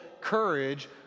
courage